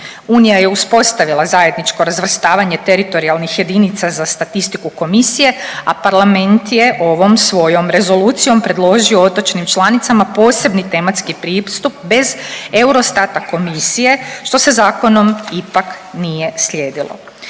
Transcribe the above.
Unija je uspostavila zajedničko razvrstavanje teritorijalnih jedinica za statistiku komisije, a parlament je ovom svojom rezolucijom predložio otočnim članicama posebni tematski pristup bez Eurostata komisije što se zakonom ipak nije slijedilo.